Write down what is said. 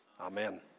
amen